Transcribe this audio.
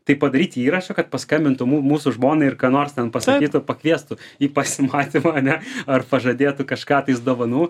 tai padaryti įrašą kad paskambintų mūsų žmonai ir ką nors ten pasakytų pakviestų į pasimatymą ane ar pažadėtų kažką tais dovanų